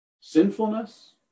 sinfulness